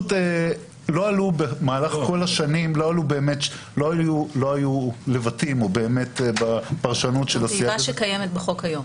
במהלך השנים לא היו לבטים או פרשנות ------ שקיימת בחוק היום.